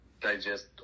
digest